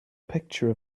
picture